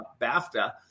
BAFTA